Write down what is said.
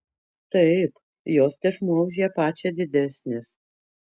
taip jos tešmuo už ją pačią didesnis